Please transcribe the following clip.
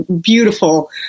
beautiful